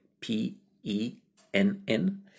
P-E-N-N